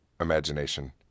imagination